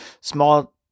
Small